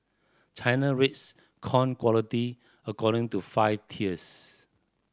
China rates corn quality according to five tiers